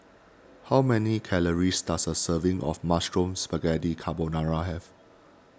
how many calories does a serving of Mushroom Spaghetti Carbonara have